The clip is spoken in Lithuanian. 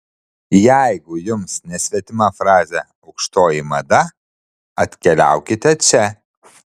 jeigu jums nesvetima frazė aukštoji mada atkeliaukite čia